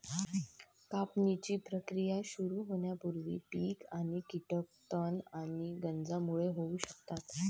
कापणीची प्रक्रिया सुरू होण्यापूर्वी पीक आणि कीटक तण आणि गंजांमुळे होऊ शकतात